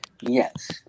yes